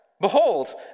behold